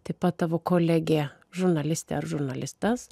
taip pat tavo kolegė žurnalistė ar žurnalistas